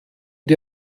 die